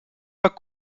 pas